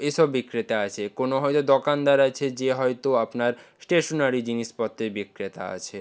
এসব বিক্রেতা আছে কোনো হয়তো দোকানদার আছে যে হয়তো আপনার স্টেশনারি জিনিসপত্রের বিক্রেতা আছে